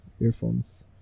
earphones